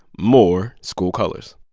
more school colors.